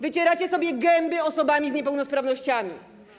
Wycieracie sobie gęby osobami z niepełnosprawnościami.